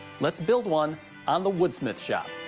let's build one on the wood smith shop.